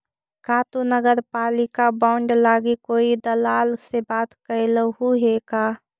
का तु नगरपालिका बॉन्ड लागी कोई दलाल से बात कयलहुं हे का?